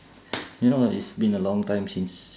you know it's been a long time since